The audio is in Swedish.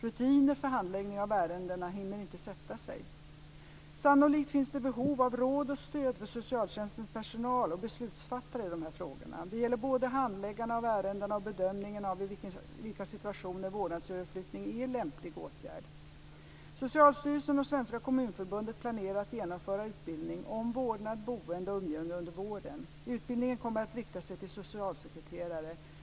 Rutiner för handläggningen av ärendena hinner inte sätta sig. Sannolikt finns det behov av råd och stöd för socialtjänstens personal och beslutsfattare i dessa frågor. Det gäller både handläggningen av ärendena och bedömningen av i vilka situationer vårdnadsöverflyttning är en lämplig åtgärd. Socialstyrelsen och Svenska Kommunförbundet planerar att genomföra utbildning om vårdnad, boende och umgänge under våren. Utbildningen kommer att rikta sig till socialsekreterare.